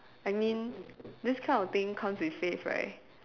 I mean this kind of thing comes with faith right